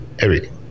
Eric